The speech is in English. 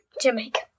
Jamaica